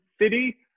City